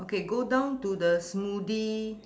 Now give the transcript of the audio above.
okay go down to the smoothie